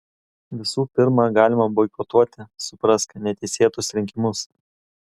visų pirma galima boikotuoti suprask neteisėtus rinkimus